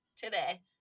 today